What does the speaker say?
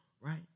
right